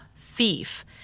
thief